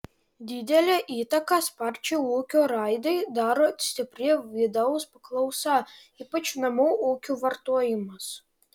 didelę įtaką sparčiai ūkio raidai daro stipri vidaus paklausa ypač namų ūkių vartojimas